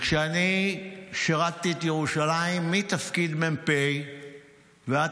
וכשאני שירתי את ירושלים מתפקיד מ"פ ועד